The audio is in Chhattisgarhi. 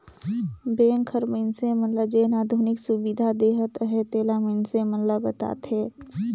बेंक हर मइनसे मन ल जेन आधुनिक सुबिधा देहत अहे तेला मइनसे मन ल बताथे